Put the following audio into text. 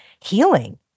healing